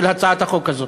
של הצעת החוק הזאת,